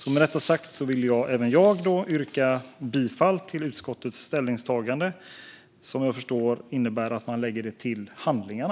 Med detta sagt vill även jag yrka bifall till utskottets förslag, vilket vad jag förstår innebär att vi lägger grönboken till handlingarna.